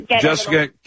Jessica